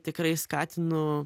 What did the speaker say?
tikrai skatinu